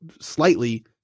slightly